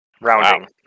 Rounding